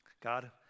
God